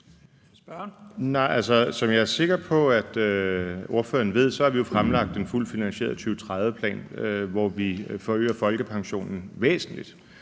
som jeg er sikker på at spørgeren ved, har vi jo fremlagt en fuldt finansieret 2030-plan, hvor vi forøger folkepensionen væsentligt.